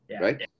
right